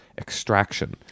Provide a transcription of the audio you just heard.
extraction